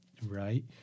Right